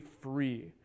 free